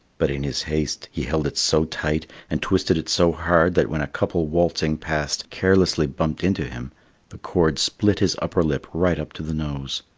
but in his haste, he held it so tight and twisted it so hard that when a couple waltzing past carelessly bumped into him the cord split his upper lip right up to the nose.